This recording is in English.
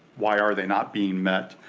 why are they not being met.